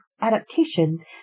adaptations